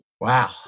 Wow